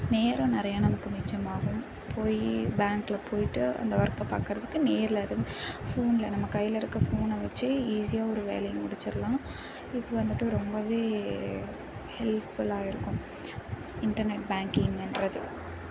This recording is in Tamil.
நேரம் நிறையா நமக்கு மிச்சம் ஆகும் போய் பேங்கில் போயிட்டு அந்த ஒர்க்க பார்க்கறதுக்கு நேரில் அது போனில் நம்ம கையில் இருக்க போனை வச்சி ஈஸியாக ஒரு வேலையை முடிச்சிடலாம் இது வந்துட்டு ரொம்பவே ஹெல்ப்ஃபுல்லா இருக்கும் இன்டர்நெட் பேங்கிங்குன்றது